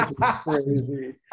crazy